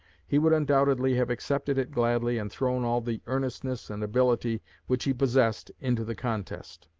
he would undoubtedly have accepted it gladly and thrown all the earnestness and ability which he possessed into the contest.